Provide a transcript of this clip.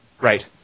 Right